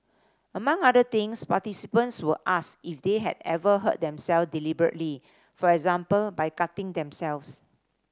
among other things participants were asked if they had ever hurt them self deliberately for example by cutting themselves